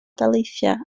daleithiau